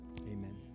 amen